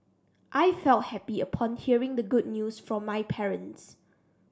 I felt happy upon hearing the good news from my parents